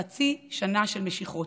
חצי שנה של משיכות,